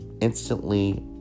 instantly